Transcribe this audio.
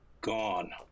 gone